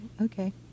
Okay